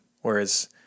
Whereas